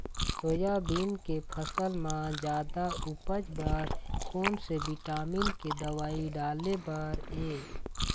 Soybean के फसल म जादा उपज बर कोन से विटामिन के दवई डाले बर ये?